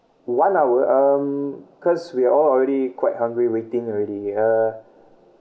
one hour um cause we're all already quite hungry waiting already uh